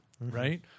right